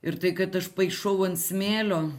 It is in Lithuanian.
ir tai kad aš paišau ant smėlio